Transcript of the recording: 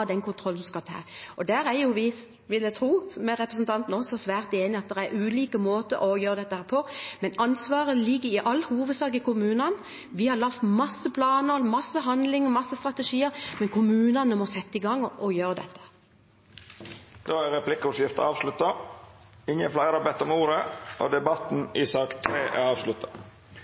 der vil jeg tro at representanten og jeg er svært enige om at det er ulike måter å gjøre dette på, men ansvaret ligger i all hovedsak hos kommunene. Vi har laget masse planer, masse handling og masse strategier, men kommunene må sette i gang og gjøre dette. Då er replikkordskiftet avslutta. Fleire har ikkje bedt om ordet til sak nr. 3. Etter ønske frå kontroll- og